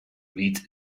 read